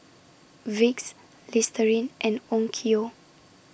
Vicks Listerine and Onkyo